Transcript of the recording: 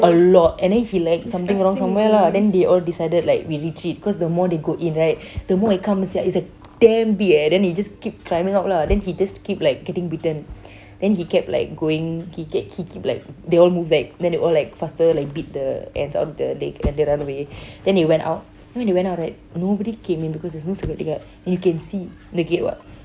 a lot and then he like something wrong somewhere ah they all decided like we retreat cause the more they go in right the more it comes sia it's like damn big eh then it's like keep climbing up ah then he just keep like getting bitten then he kept like going he he keep like they all move back then they all like faster like beat the ants on the leg then they run away then they went out when they went out right nobody came in because theres no security guard you can see the gate [what]